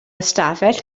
ystafell